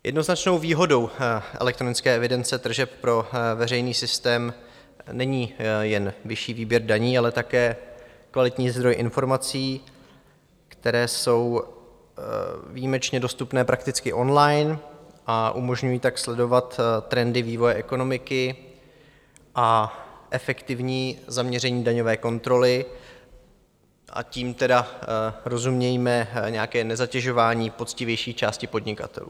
Jednoznačnou výhodou elektronické evidence tržeb pro veřejný systém není jen vyšší výběr daní, ale také kvalitní zdroj informací, které jsou výjimečně dostupné prakticky online, a umožňují tak sledovat trendy vývoje ekonomiky a efektivní zaměření daňové kontroly, tím tedy rozumějme nějaké nezatěžování poctivější části podnikatelů.